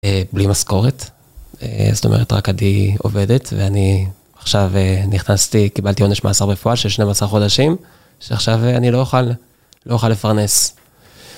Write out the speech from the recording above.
בלי משכורת, זאת אומרת רק אני עובדת ואני עכשיו נכנסתי, קיבלתי עונש מאסר בפועל של 12 חודשים שעכשיו אני לא אוכל, לא אוכל לפרנס.